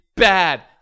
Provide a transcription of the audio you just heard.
bad